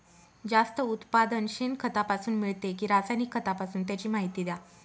जास्त उत्पादन शेणखतापासून मिळते कि रासायनिक खतापासून? त्याची माहिती द्या